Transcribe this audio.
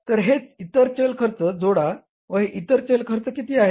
तर हे इतर चल खर्च जोडा व हे इतर चल खर्च किती आहेत